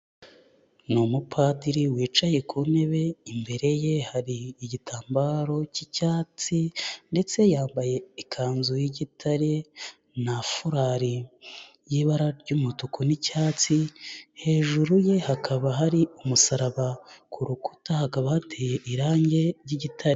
Ni umupadiri wicaye ku ntebe, imbere ye hari igitambaro cy'icyatsi ndetse yambaye ikanzu y'igitare na furari y'ibara ry'umutuku n'icyatsi, hejuru ye hakaba hari umusaraba, ku rukuta hakaba hateye irangi ry'igitare.